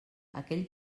aquell